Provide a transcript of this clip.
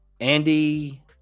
Andy